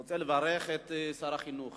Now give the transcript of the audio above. אני רוצה לברך את שר החינוך